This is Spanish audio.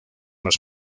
los